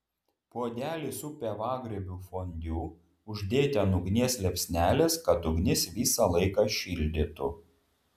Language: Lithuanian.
puodelį su pievagrybių fondiu uždėti ant ugnies liepsnelės kad ugnis visą laiką šildytų